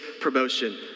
promotion